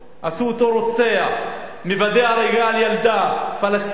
עשו אותו רוצח, מוודא הריגה על ילדה פלסטינית.